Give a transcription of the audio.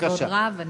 בכבוד רב.